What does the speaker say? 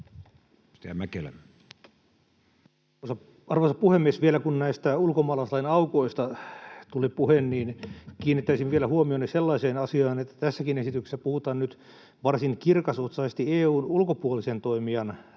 Arvoisa puhemies! Vielä kun näistä ulkomaalaislain aukoista tuli puhe, niin kiinnittäisin vielä huomionne sellaiseen asiaan, että tässäkin esityksessä puhutaan nyt varsin kirkasotsaisesti EU:n ulkopuolisen toimijan